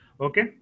Okay